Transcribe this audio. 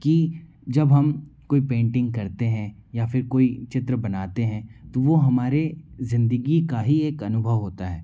की जब हम कोई पेंटिंग करते हैं या फिर कोइ चित्र बनाते हैं तो वह हमारे ज़िंदगी का ही एक अनुभव होता है